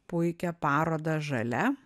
puikią parodą žalia